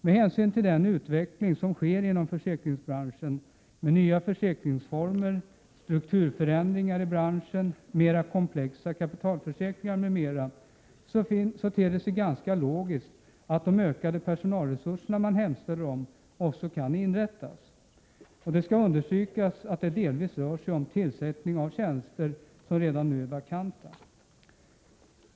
Med hänsyn till den utveckling som sker inom försäkringsbranschen med nya försäkringsformer, strukturförändringar i branschen, mer komplexa kapitalförsäkringar m.m., ter det sig ganska logiskt att de ytterligare tjänster man hemställer om också kan inrättas. Det skall understrykas att det delvis rör sig om tillsättning av tjänster som redan nu är vakanta.